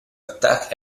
attack